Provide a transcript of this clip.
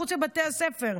מחוץ לבתי הספר.